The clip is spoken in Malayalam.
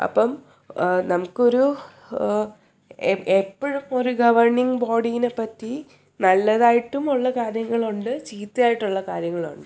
അപ്പം നമുക്കൊരു എപ്പോഴും ഒരു ഗവെർണിങ്ങ് ബോഡിയെപ്പറ്റി നല്ലതായിട്ടും ഉള്ള കാര്യങ്ങളുണ്ട് ചീത്തയായിട്ടുള്ള കാര്യങ്ങളുണ്ട്